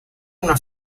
una